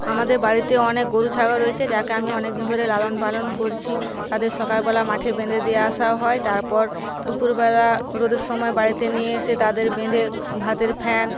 আমাদের বাড়িতে অনেক গরু ছাগল রয়েছে যাকে আমি অনেকদিন ধরে লালন পালন করছি তাদের সকালবেলা মাঠে বেঁধে দিয়ে আসাও হয় তারপর দুপুরবেলা রোদের সময়ে বাড়িতে নিয়ে এসে তাদের বেঁধে ভাতের ফ্যান